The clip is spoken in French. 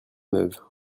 neuve